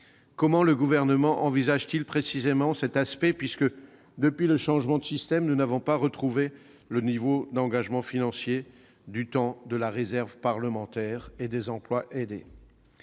Comment le Gouvernement envisage-t-il précisément de traiter cette question puisque, depuis le changement de système, nous n'avons pas retrouvé le niveau d'engagement financier qui prévalait du temps de la réserve parlementaire et des emplois aidés ?